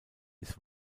ist